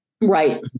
Right